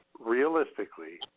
realistically